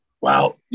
Wow